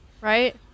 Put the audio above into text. Right